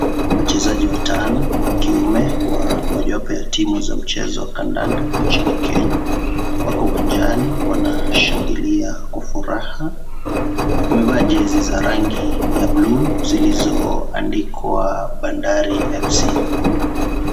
Wachezaji watano wa kiume wa mojawapo ya timu za kandanda mchini Kenya, wako uwanjani wanashangilia kwa furaha, wamevaa jezi za rangi ya blue zilizoandikwa Bandari fc.